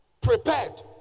prepared